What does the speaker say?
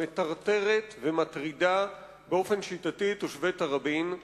שמטרטרת ומטרידה באופן שיטתי את תושבי תראבין.